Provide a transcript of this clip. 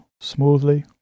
smoothly